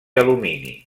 alumini